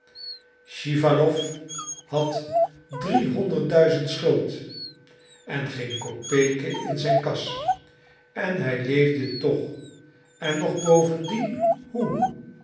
schiwalow had driehonderdduizend schuld en geen kopeke in zijn kas en hij leefde toch en nog bovendien hoe